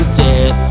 death